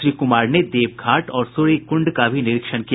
श्री कुमार ने देव घाट और सूर्यकुंड का भी निरीक्षण किया